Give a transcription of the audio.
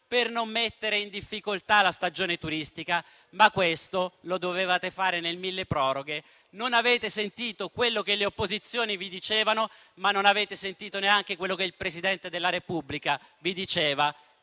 per non mettere in difficoltà la stagione turistica, ma questo lo dovevate fare nel milleproroghe. Non avete sentito quello che le opposizioni vi dicevano, ma non avete sentito neanche quello che il Presidente della Repubblica vi diceva,